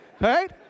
right